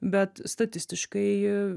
bet statistiškai